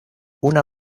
una